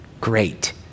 Great